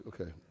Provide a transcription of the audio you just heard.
Okay